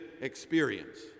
experience